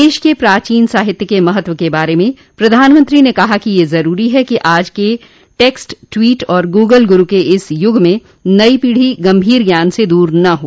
देश के प्राचीन साहित्य के महत्व के बारे में प्रधानमंत्री ने कहा कि ये जरूरी है कि आज के टेक्स्ट ट्वीट और गुगल गुरू के इस युग में नई पीढ़ी गंभीर ज्ञान से दूर न हो